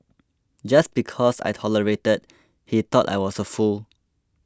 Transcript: just because I tolerated that he thought I was a fool